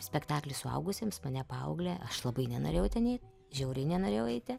spektaklį suaugusiems mane paauglę aš labai nenorėjau ten eit žiauriai nenorėjau eiti